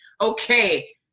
okay